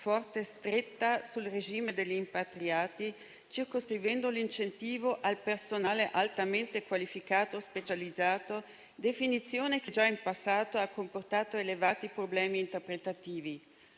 forte stretta sul regime degli "impatriati", circoscrivendo l'incentivo al personale altamente qualificato e specializzato, definizione che già in passato ha comportato elevati problemi interpretativi.